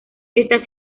está